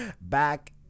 back